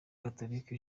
gatorika